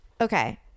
Okay